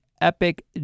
epic